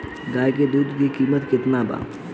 गाय के दूध के कीमत केतना बा?